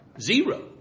Zero